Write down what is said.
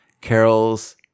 Carol's